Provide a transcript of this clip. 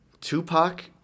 Tupac